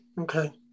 Okay